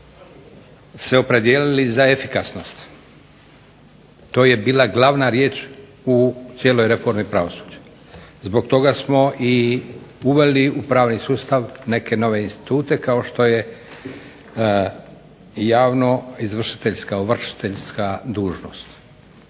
se opredijelili za efikasnost, to je bila glavna riječ u cijeloj reformi pravosuđa. Zbog toga smo i uveli u pravni sustav neke nove institute kao što je javnoovršiteljska dužnost.